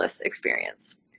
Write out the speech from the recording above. experience